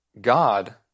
God